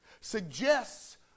suggests